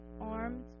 armed